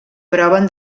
proven